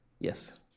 Yes